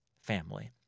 family